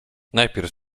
najpierw